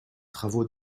travaux